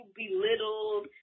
belittled